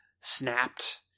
snapped